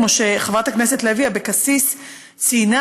כמו שחברת הכנסת לוי אבקסיס ציינה,